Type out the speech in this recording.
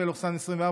פ/921/24,